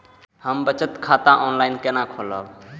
हम बचत खाता ऑनलाइन केना खोलैब?